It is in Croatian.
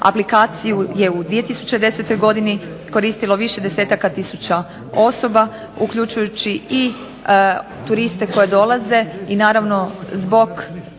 Aplikaciju je u 2010. godini koristilo više desetaka tisuća osoba, uključujući i turiste koji dolaze. I naravno zbog